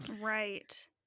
Right